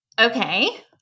Okay